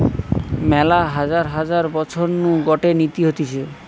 মেলা হাজার হাজার বছর নু গটে নীতি হতিছে